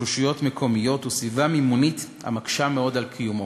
רשויות מקומיות וסביבה מימונית המקשה מאוד את קיומו.